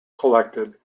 collected